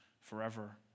forever